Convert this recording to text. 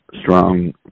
strong